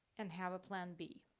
and have a plan b.